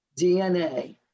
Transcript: DNA